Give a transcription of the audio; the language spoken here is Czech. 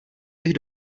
bych